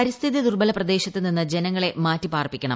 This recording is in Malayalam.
പരിസ്ഥിതി ദുർബല പ്രദേശത്തുനിന്ന് ജനങ്ങളെ മാറ്റി പാർപ്പിക്കണം